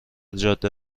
جاده